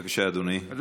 בבקשה, גברתי, שלוש דקות.